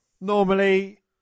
Normally